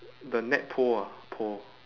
the net pole ah pole